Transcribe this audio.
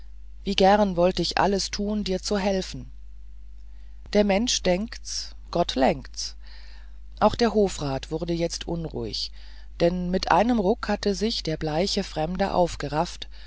wie gern wollte ich alles tun dir zu helfen der mensch denkt's gott lenkt's auch der hofrat wurde jetzt unruhig denn mit einem ruck hatte sich der bleiche fremde aufgerafft